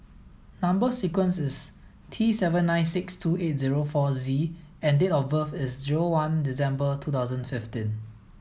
number sequence is T seven nine six two eight zero four Z and date of birth is zero one December two thousand fifiteen